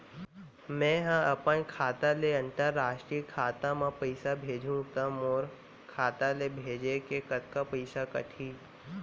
मै ह अपन खाता ले, अंतरराष्ट्रीय खाता मा पइसा भेजहु त मोर खाता ले, भेजे के कतका पइसा कटही?